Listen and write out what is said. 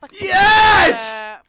Yes